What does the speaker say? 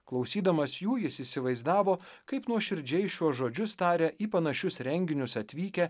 klausydamas jų jis įsivaizdavo kaip nuoširdžiai šiuos žodžius taria į panašius renginius atvykę